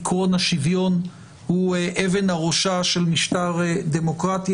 עיקרון השוויון הוא אבן הראשה של משטר דמוקרטי,